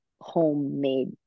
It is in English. homemade